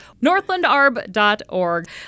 northlandarb.org